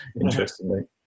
interestingly